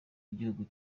igihugu